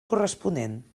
corresponent